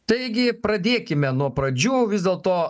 taigi pradėkime nuo pradžių vis dėlto